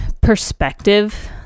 perspective